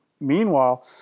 meanwhile